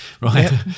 right